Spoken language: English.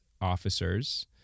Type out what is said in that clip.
officers